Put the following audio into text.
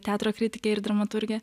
teatro kritikė ir dramaturgė